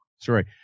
sorry